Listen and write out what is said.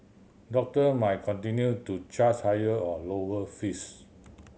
doctor may continue to chars higher or lower fees